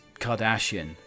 Kardashian